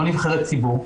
לא נבחרת ציבור,